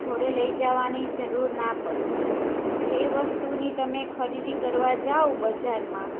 જોડે લઈ જાવાની જરૂર ના પડે જે વસ્તુની તમે ખરીદી કરવા જાઓ બજારમાં